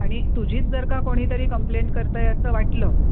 आणि तुझीच जर काही कंप्लेंट करतं आहे असं वाटलं